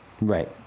right